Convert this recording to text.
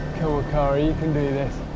cara, you can do this.